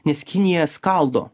nes kinija skaldo